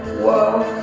whoa.